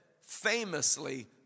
famously